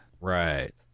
Right